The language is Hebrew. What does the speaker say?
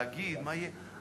להגיד מה יהיה,